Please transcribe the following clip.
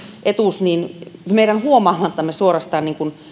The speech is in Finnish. etuus meidän huomaamattamme suorastaan